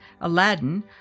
Aladdin